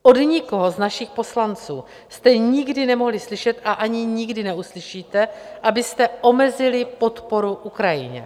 Od nikoho z našich poslanců jste nikdy nemohli slyšet, a ani nikdy neuslyšíte, abyste omezili podporu Ukrajině.